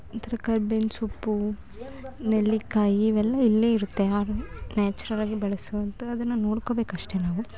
ಒಂಥರ ಕರ್ಬೇವಿನ ಸೊಪ್ಪು ನೆಲ್ಲಿಕಾಯಿ ಇವೆಲ್ಲ ಇಲ್ಲೇ ಇರುತ್ತೆ ನ್ಯಾಚುರಲ್ಲಾಗಿ ಬಳ್ಸುವಂಥದ್ದು ಅದನ್ನು ನೋಡ್ಕೊಳ್ಬೇಕಷ್ಟೆ ನಾವು